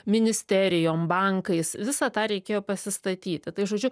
ministerijom bankais visą tą reikėjo pasistatyti tai žodžiu